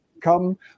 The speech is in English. come